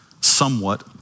somewhat